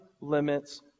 limits